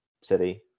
City